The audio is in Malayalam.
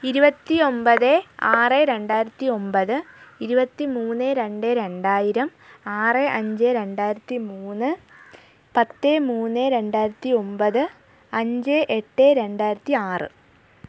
ഇരുപത്തി ഒമ്പത് ആറ് രണ്ടായിരത്തി ഒമ്പത് ഇരുപത്തി മൂന്ന് രണ്ട് രണ്ടായിരം ആറ് അഞ്ച് രണ്ടായിരത്തി മൂന്ന് പത്ത് മൂന്ന് രണ്ടായിരത്തി ഒമ്പത് അഞ്ച് എട്ട് രണ്ടായിരത്തി ആറ്